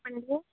చెప్పండి సార్